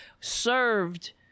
served